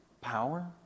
power